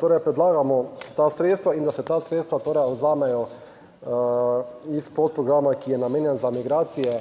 torej predlagamo ta sredstva in da se ta sredstva torej vzamejo iz podprograma, ki je namenjen za migracije,